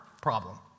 problem